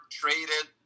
traded